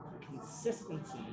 consistency